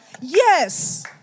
Yes